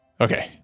Okay